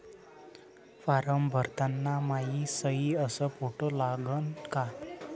Form भरताना मायी सयी अस फोटो लागन का?